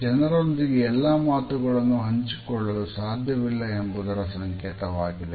ಜನರೊಂದಿಗೆ ಎಲ್ಲಾ ಮಾತುಗಳನ್ನು ಹಂಚಿಕೊಳ್ಳಲು ಸಾಧ್ಯವಿಲ್ಲ ಎಂಬುದರ ಸಂಕೇತವಾಗಿದೆ